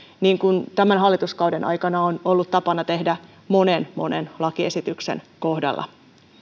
niin kuin tämän hallituskauden aikana on ollut tapana tehdä monen monen lakiesityksen kohdalla